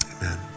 amen